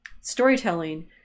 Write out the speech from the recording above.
storytelling